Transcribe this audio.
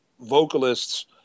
vocalists